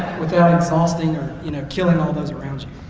without exhausting or you know killing all of those around you? oh,